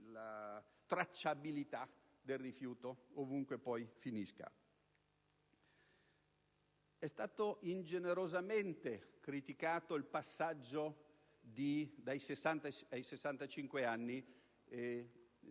la tracciabilità del rifiuto, ovunque esso finisca. È stato ingenerosamente criticato il passaggio tendente ad